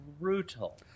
brutal